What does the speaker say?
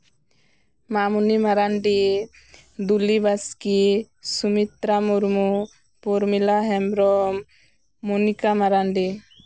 Mamoni Marandi Duli Baski Sumitra Murmu Purmila Hembrom Munika Marandi